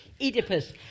Oedipus